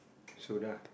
so dah